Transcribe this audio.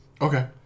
Okay